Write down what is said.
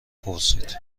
پرسید